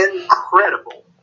incredible